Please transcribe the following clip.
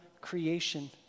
creation